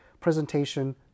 presentation